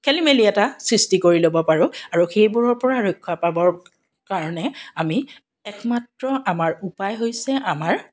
খেলি মেলি এটা সৃষ্টি কৰি ল'ব পাৰোঁ আৰু সেইবোৰৰ পৰা ৰক্ষা পাবৰ কাৰণে আমি একমাত্ৰ আমাৰ উপায় হৈছে আমাৰ